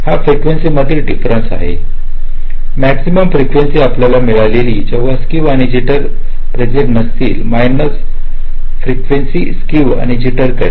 हा फ्रीकेंसी मधील डिफरन्स आहे मॅक्सिमम फ्रीकेंसी आपल्याला मळलेली जेव्हा स्क्क्यू आणि जिटर प्रेसेंट नसतील मायनस आकशल फ्रीकेंसी स्क्क्यू आणि जिटर करील